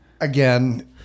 again